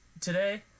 today